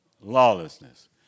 lawlessness